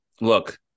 Look